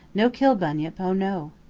no kill bunyip. oh no!